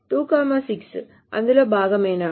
2 6 అందులో భాగమేనా